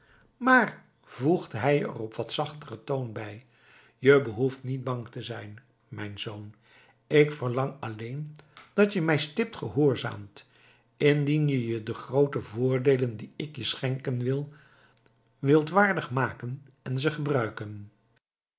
maar voegde hij er op wat zachteren toon bij je behoeft niet bang te zijn mijn zoon ik verlang alleen dat je mij stipt gehoorzaamt indien je je de groote voordeelen die ik je schenken wil wilt waardig maken en ze gebruiken